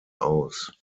aus